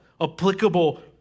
applicable